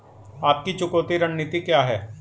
आपकी चुकौती रणनीति क्या है?